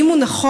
האם הוא נכון?